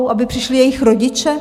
Aby přišli jejich rodiče?